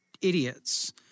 idiots